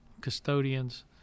custodians